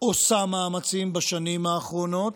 עושה מאמצים בשנים האחרונות,